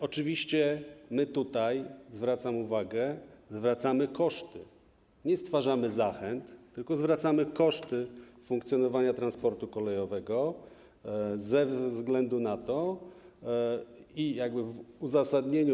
Oczywiście zwracam uwagę, że zwracamy koszty, nie stwarzamy zachęt, tylko zwracamy koszty funkcjonowania transportu kolejowego ze względu na to i w uzasadnieniu.